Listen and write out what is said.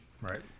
Right